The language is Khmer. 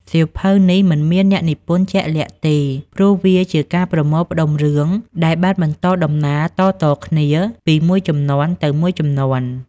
សៀវភៅនេះមិនមានអ្នកនិពន្ធជាក់លាក់ទេ ព្រោះវាជាការប្រមូលផ្តុំរឿងដែលបានបន្តដំណាលតៗគ្នាពីមួយជំនាន់ទៅមួយជំនាន់។